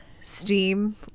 steam